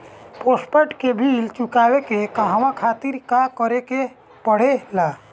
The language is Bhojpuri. पोस्टपैड के बिल चुकावे के कहवा खातिर का करे के पड़ें ला?